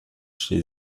chez